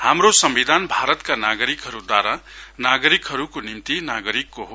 हाम्रो संविधान भारतका नागरिकद्वारा नागरिकको निम्ति नागरिकको हो